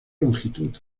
longitud